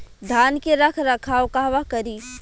धान के रख रखाव कहवा करी?